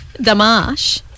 Damash